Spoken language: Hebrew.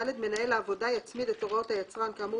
(ד)מנהל העבודה יצמיד את הוראות היצרן כאמור